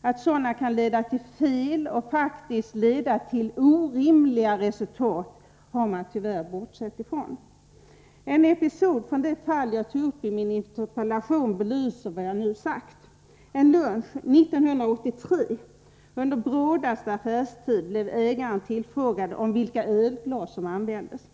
Att sådana kan leda fel och faktiskt ge orimliga resultat har de tyvärr bortsett ifrån. En episod från det fall som jag tog upp i min interpellation belyser vad jag nu sagt. Vid en lunch under brådaste affärstid 1983 blev ägaren tillfrågad vilka ölglas som användes.